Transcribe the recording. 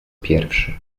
pierwszy